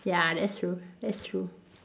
ya that's true that's true